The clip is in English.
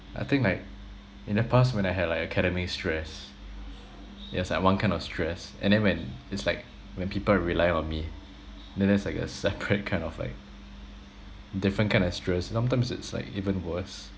I think like in the past when I had like academic stress that's like one kind of stress and then when it's like when people rely on me then that's like a separate kind of like different kind of stress sometimes it's like even worse